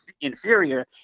inferior